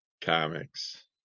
comics